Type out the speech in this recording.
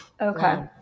Okay